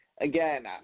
again